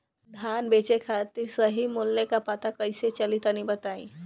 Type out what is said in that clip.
धान बेचे खातिर सही मूल्य का पता कैसे चली तनी बताई?